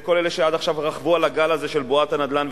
זה כל אלה שעד עכשיו רכבו על הגל הזה של בועת הנדל"ן,